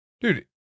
Dude